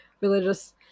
religious